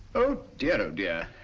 oh dear, oh dear.